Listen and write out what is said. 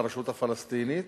לרשות הפלסטינית,